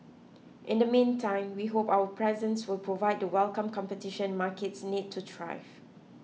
in the meantime we hope our presence will provide the welcome competition markets need to thrive